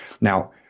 Now